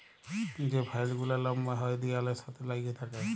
যে ভাইল গুলা লম্বা হ্যয় দিয়ালের সাথে ল্যাইগে থ্যাকে